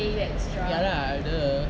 ya lah !duh!